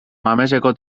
mameseko